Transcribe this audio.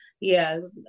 Yes